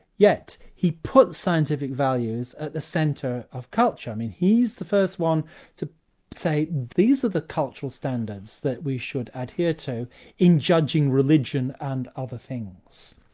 yet he put scientific values at the centre of culture. i mean he's the first one to say these are the cultural standards that we should adhere to in judging religion and other things.